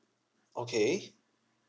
okay